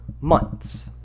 months